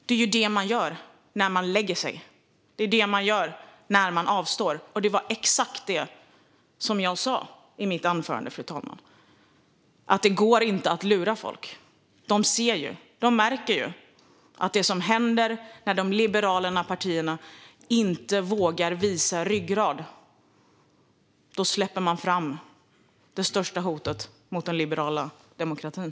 Det är ju det man gör när man lägger sig, när man avstår, och det var exakt detta jag sa i mitt anförande, fru talman. Det går inte att lura folk. De ser, och de märker att det som händer när de liberala partierna inte vågar visa ryggrad är att man släpper fram det största hotet mot den liberala demokratin.